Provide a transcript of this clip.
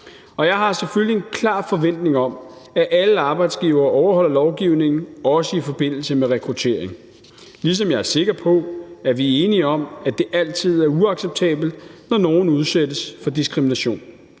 Jeg har selvfølgelig en klar forventning om, at alle arbejdsgivere overholder lovgivningen, også i forbindelse med rekruttering, ligesom jeg er sikker på, at vi er enige om, at det altid er uacceptabelt, når nogen udsættes for diskrimination.